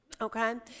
Okay